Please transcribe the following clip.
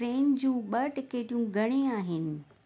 train जूं ॿ टिकेटूं घणे आहिनि